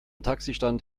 taxistand